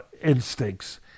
instincts